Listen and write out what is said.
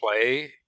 play